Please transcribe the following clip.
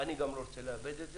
וגם אני רוצה לעבד את זה.